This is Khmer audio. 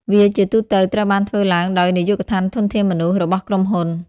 វាជាទូទៅត្រូវបានធ្វើឡើងដោយនាយកដ្ឋានធនធានមនុស្សរបស់ក្រុមហ៊ុន។